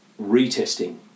retesting